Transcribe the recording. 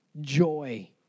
joy